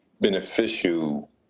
beneficial